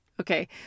Okay